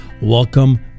welcome